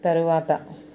తరువాత